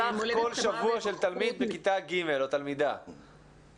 סך כל שבוע של תלמיד או תלמידה בכיתה ג'.